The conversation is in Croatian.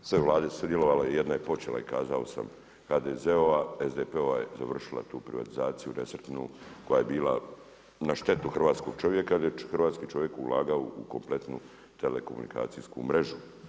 Sve vlade su sudjelovale, jedna je počela i kazao sam HDZ-ova, SDP-ova je završila tu privatizaciju nesretnu koja je bila na štetu hrvatskog čovjeka … čovjek ulagao u kompletnu telekomunikacijsku mrežu.